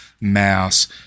mass